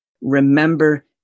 Remember